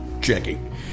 checking